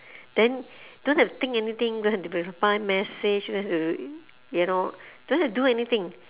then don't have to think anything don't have to reply message you know don't have to do anything